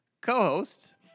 co-host